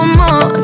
more